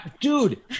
Dude